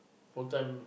full time